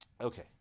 Okay